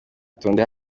itonde